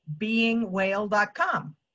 beingwhale.com